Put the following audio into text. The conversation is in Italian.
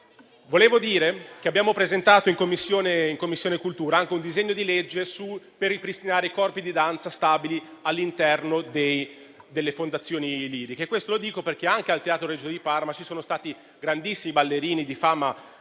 legge, presentato in Commissione cultura, è volto a ripristinare i corpi di danza stabili all'interno delle fondazioni liriche. Anche al Teatro Regio di Parma si sono esibiti grandissimi ballerini di fama